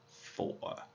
four